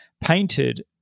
painted